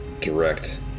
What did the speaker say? direct